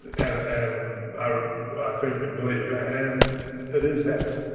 and and i firmly believe, and it is happening,